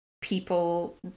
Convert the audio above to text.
people